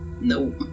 No